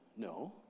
No